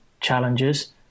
challenges